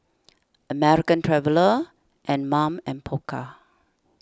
American Traveller Anmum and Pokka